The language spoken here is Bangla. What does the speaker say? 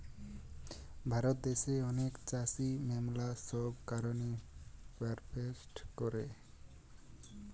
ভারত দ্যাশে অনেক চাষী ম্যালা সব কারণে প্রোটেস্ট করে